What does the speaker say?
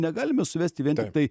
negalime suvesti vien tiktai